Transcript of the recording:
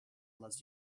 last